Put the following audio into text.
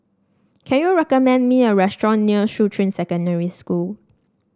can you recommend me a restaurant near Shuqun Secondary School